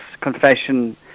confession